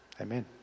Amen